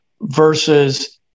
versus